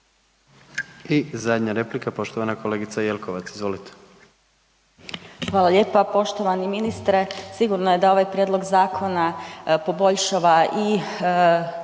I zadnja replika, poštovana kolegica Jelkovac. Izvolite. **Jelkovac, Marija (HDZ)** Hvala lijepa. Poštovani ministre sigurno je da ovaj prijedlog zakona poboljšava i